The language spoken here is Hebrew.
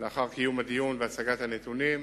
לאחר דיון והצגת הנתונים,